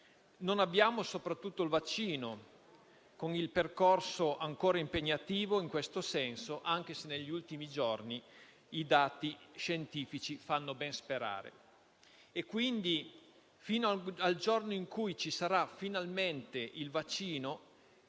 Non abbiamo, soprattutto, il vaccino, con un percorso ancora impegnativo in questo senso, anche se negli ultimi giorni i dati scientifici fanno ben sperare. Quindi, fino al giorno in cui ci sarà, finalmente, il vaccino,